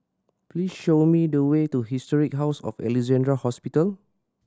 please show me the way to Historic House of Alexandra Hospital